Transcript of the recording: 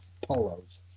polos